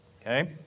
Okay